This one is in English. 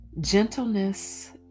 gentleness